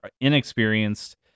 inexperienced